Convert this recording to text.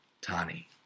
Tani